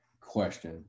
question